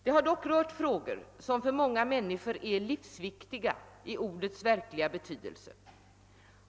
Det har dock gällt frågor som för många människor är livsviktiga i ordets verkliga betydelse.